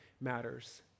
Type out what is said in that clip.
matters